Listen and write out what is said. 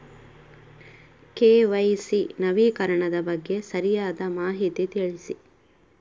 KYC ನವೀಕರಣದ ಬಗ್ಗೆ ಸರಿಯಾದ ಮಾಹಿತಿ ತಿಳಿಸಿ?